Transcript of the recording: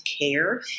care